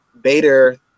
Bader